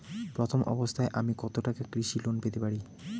প্রথম অবস্থায় আমি কত টাকা কৃষি লোন পেতে পারি?